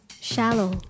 Shallow